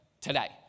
today